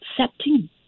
accepting